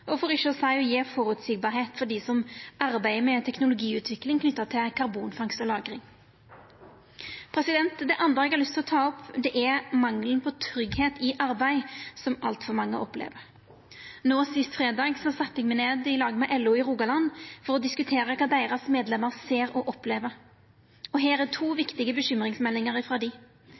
for ikkje å seia å gje føreseielege rammer for dei som arbeider med teknologiutvikling knytt til karbonfangst og -lagring. Det andre eg har lyst til å ta opp, er mangelen på tryggleik i arbeid, som altfor mange opplever. No sist fredag sette eg meg ned i lag med LO i Rogaland for å diskutera kva deira medlemer ser og opplever, og her er to viktige bekymringsmeldingar frå dei: